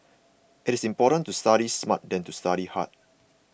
it is more important to study smart than to study hard